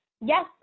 Yes